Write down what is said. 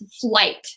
flight